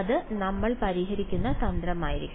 അത് നമ്മൾ പരിഹരിക്കുന്ന തന്ത്രമായിരിക്കും